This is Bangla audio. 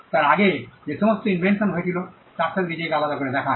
তার আগে যে সমস্ত ইনভেনশন হয়েছিল তার সাথে নিজেকে আলাদা করে দেখায়